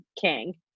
king